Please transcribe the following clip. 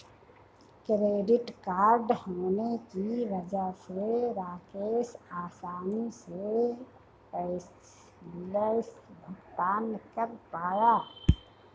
credit card होने की वजह से राकेश आसानी से कैशलैस भुगतान कर पाया